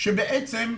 שבעצם,